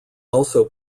also